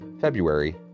February